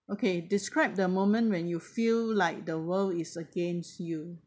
okay describe the moment when you feel like the world is against you